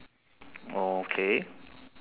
oh okay